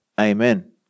Amen